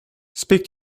speak